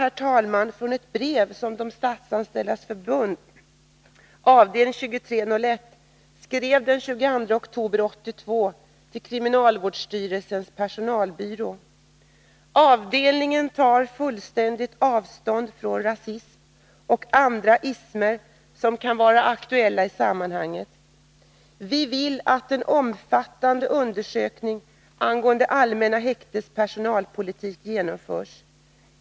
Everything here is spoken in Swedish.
Jag vill citera ur ett brev som Statsanställdas förbund, avdelning 2301, skrev den 22 oktober 1982 till kriminalvårdsstyrelsens personalbyrå: ” Avdelningen tar fullständigt avstånd från rasism och andra ismer som kan vara aktuella i sammanhanget. Vi vill att en omfattande undersökning angående Allmänna häktets personalpolitik genomförs.